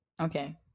Okay